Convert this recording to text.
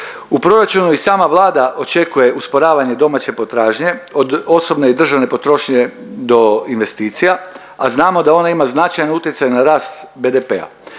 U proračunu i sama Vlada očekuje usporavanje domaće potražnje od osobne i državne potrošnje do investicija, a znamo da ona ima značajan utjecaj na rast BDP-a